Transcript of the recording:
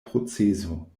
proceso